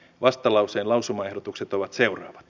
vastalauseen lausumaehdotukset ovat seuraavat